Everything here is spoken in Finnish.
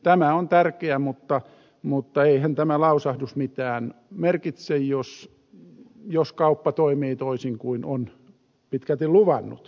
tämä on tärkeää mutta eihän tämä lausahdus mitään merkitse jos kauppa toimii toisin kuin on pitkälti luvannut